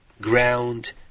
ground